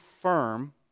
firm